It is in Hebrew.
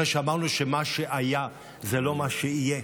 אחרי שאמרנו שמה שהיה זה לא מה שיהיה,